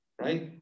Right